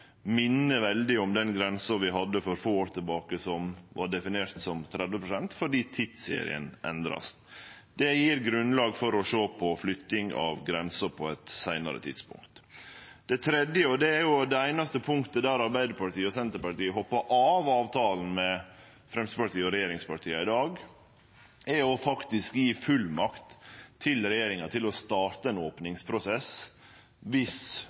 minner veldig om den grensa vi hadde for få år tilbake, som var definert som 30 pst., fordi tidsserien vert endra. Det gjev grunnlag for å sjå på flytting av grensa på eit seinare tidspunkt. Det tredje – og det er det einaste punktet der Arbeidarpartiet og Senterpartiet hoppa av avtalen med Framstegspartiet og regjeringspartia i dag – er faktisk å gje regjeringa fullmakt til å starte ein